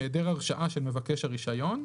העדר הרשעה של מבקש הרישיון,